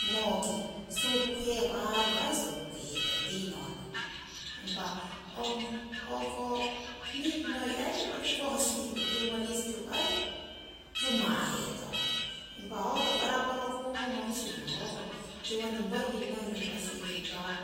Mooki supukihe haruro aii supukihtong tii nohno, impa ong o'ko miiti noi koh sihiku tuungori yii siriku, ruuma' hetong impa ho toku araporokungo mokusing ho tiwoning boiling noiro sihihetong. Impa ho